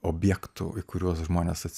objektų į kuriuos žmonės